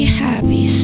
happy